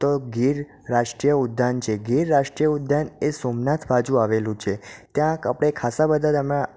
તો ગીર રાષ્ટ્રીય ઉદ્યાન છે ગીર રાષ્ટ્રીય ઉદ્યાન એ સોમનાથ બાજું આવેલું છે ત્યાં આપણે ખાસા બધા તેમાં